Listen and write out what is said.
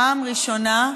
פעם ראשונה,